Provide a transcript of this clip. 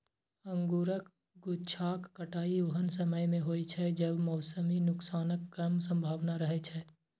अंगूरक गुच्छाक कटाइ ओहन समय मे होइ छै, जब मौसमी नुकसानक कम संभावना रहै छै